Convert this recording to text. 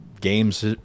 games